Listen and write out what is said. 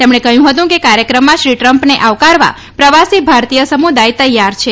તેમણે કહ્યું હતું કે કાર્યક્રમમાં શ્રી ટ્રમ્પને આવકારવા પ્રવાસી ભારતીય સમુદાય તૈયાર છે